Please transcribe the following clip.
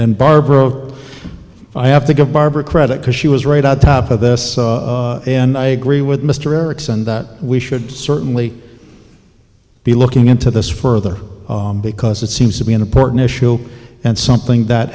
and barbara i have to go barbara credit because she was right on top of this and i agree with mr erickson that we should certainly be looking into this further because it seems to be an important issue and something that